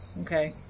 Okay